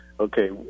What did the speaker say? okay